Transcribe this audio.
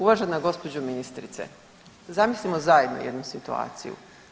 Uvažena gospođo ministrice, zamislimo zajedno jednu situaciju.